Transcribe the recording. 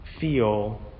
feel